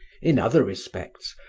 in other respects,